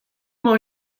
emañ